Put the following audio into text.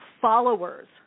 followers